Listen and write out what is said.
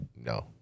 no